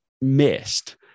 missed